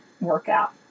workout